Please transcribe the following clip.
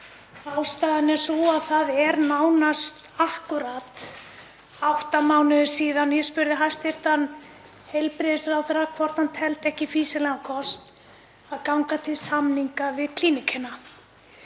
Ástæðan er sú að það eru nánast akkúrat átta mánuðir síðan ég spurði hæstv. heilbrigðisráðherra hvort hann teldi ekki fýsilegan kost að ganga til samninga við Klíníkina